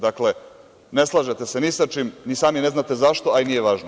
Dakle, ne slažete se ni sa čim, ni sami ne znate zašto, a i nije važno.